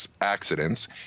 accidents